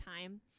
time